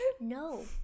No